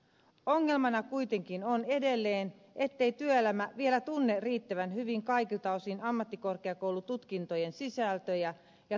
ongelmana kuitenkin on edelleen ettei työelämä vielä tunne riittävän hyvin kaikilta osin ammattikorkeakoulututkintojen sisältöjä ja tavoitteita